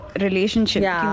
relationship